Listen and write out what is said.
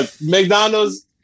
McDonald's